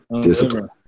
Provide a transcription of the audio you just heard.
discipline